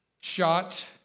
shot